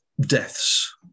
deaths